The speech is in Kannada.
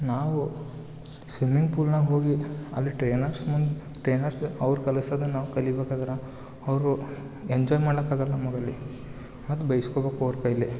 ನಾವು ಸ್ವಿಮ್ಮಿಂಗ್ ಪೂಲ್ನಾಗೆ ಹೋಗಿ ಅಲ್ಲಿ ಟ್ರೇನರ್ಸ್ ಮುಂದೆ ಟ್ರೇನರ್ಸ್ ಅವ್ರು ಕಲ್ಸೋದನ್ನ ನಾವು ಕಲಿಬೇಕಾದ್ರೆ ಅವರು ಎಂಜಾಯ್ ಮಾಡ್ಲಾಕಾಗೋಲ್ಲ ನಮ್ಗೆ ಅಲ್ಲಿ ಹಾಗೆ ಬೈಸ್ಕೋಬೇಕು ಅವ್ರ ಕೈಯಲ್ಲಿ